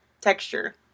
texture